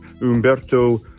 Umberto